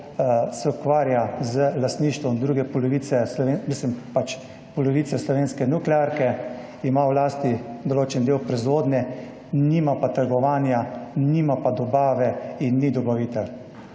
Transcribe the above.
se ukvarja z lastništvom polovice slovenske nuklearke, ima v lasti določen del proizvodnje, nima pa trgovanja, nima pa dobave in ni dobavitelj.